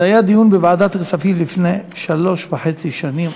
זה היה דיון בוועדת הכספים לפני שלוש וחצי שנים,